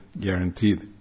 guaranteed